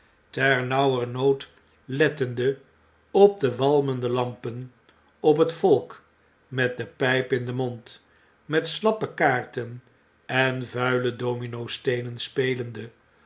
ternauwernood lettende op de walmende lampen op het volk met de pijp in den mond met slappe kaarten en vuile dominosteenen spelende